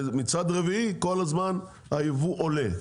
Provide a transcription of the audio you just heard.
ומצד רביעי כל הזמן היבוא עולה,